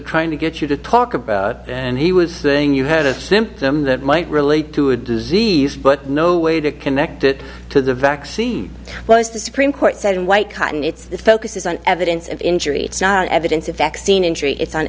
trying to get you to talk about and he was saying you had a symptom that might relate to a disease but no way to connect it to the vaccine was the supreme court said in white cotton it's the focus is on evidence of injury evidence of vaccine injury it's